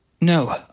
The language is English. No